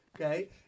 Okay